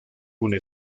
una